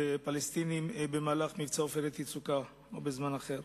בפלסטינים במהלך מבצע "עופרת יצוקה" או בזמן אחר.